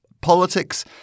politics